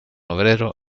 obrero